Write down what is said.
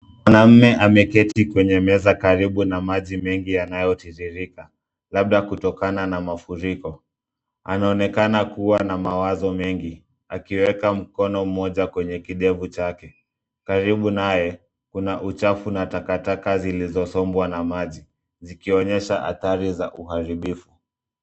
Mwanaume ameketi kwenye meza karibu na maji mengi yanayotiririka, labda kutokana na mafuriko. Anaonekana kua na mawazo mengi, akiweka mkono mmoja kwenye kidevu chake. Karibu naye, kuna uchafu na takataka zilizosombwa na maji, zikionyesha athari za uharibifu.